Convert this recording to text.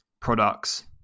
products